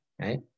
right